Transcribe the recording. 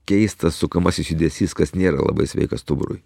keistas sukamasis judesys kas nėra labai sveika stuburui